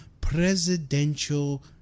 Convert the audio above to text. presidential